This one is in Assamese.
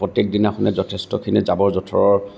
প্ৰত্যেকদিনাই যথেষ্টখিনি জাবৰ জোথৰ